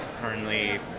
Currently